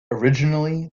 originally